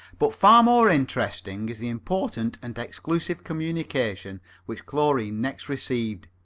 but far more interesting is the important and exclusive communication which chlorine next received.